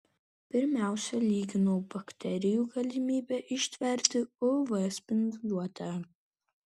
pirmiausia lyginau bakterijų galimybę ištverti uv spinduliuotę